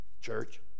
church